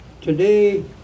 today